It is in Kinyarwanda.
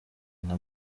nka